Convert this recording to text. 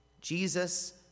Jesus